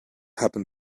happen